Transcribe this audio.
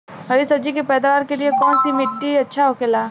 हरी सब्जी के पैदावार के लिए कौन सी मिट्टी अच्छा होखेला?